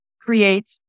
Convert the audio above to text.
create